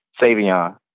Savion